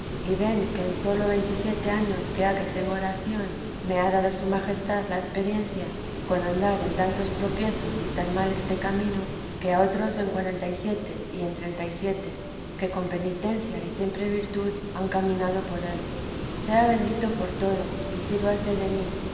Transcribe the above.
y ven que en sólo veintisiete años que ha que tengo oración me ha dado su majestad la experiencia con andar en tantos tropiezos y tan mal este camino que a otros en cuarenta y siete y en treinta y siete que con penitencia y siempre virtud han caminado por él sea bendito por todo y sírvase de mí